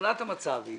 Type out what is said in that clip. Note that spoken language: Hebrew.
תמונת המצב היא